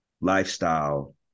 lifestyle